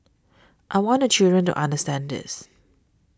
I want the children to understand this